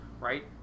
right